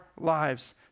lives